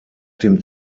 dem